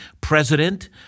president